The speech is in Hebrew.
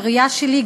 בראייה שלי,